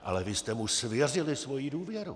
Ale vy jste mu svěřili svoji důvěru!